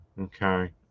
Okay